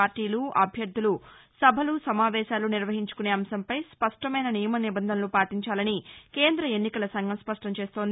పార్టీలు అభ్యర్థులు నభలు నమావేశాలు నిర్వహించుకునే అంశంపై స్పష్టమైన నియమ నిబంధనలు పాటించాలని కేంద్ర ఎన్నికల సంఘం స్పష్టం చేస్తోంది